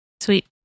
Sweet